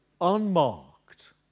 unmarked